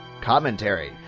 Commentary